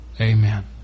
amen